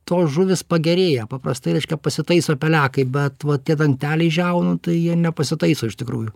tos žuvys pagerėja paprastai reiškia pasitaiso pelekai bet va tie dangteliai žiaunų tai jie nepasitaiso iš tikrųjų